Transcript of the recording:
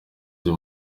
izi